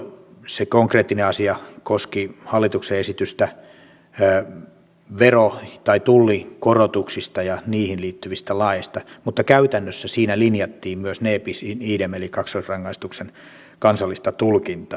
silloin se konkreettinen asia koski hallituksen esitystä vero tai tullikorotuksista ja niihin liittyvistä laeista mutta käytännössä siinä linjattiin myös ne bis in idem periaatetta eli kaksoisrangaistuksen kansallista tulkintaa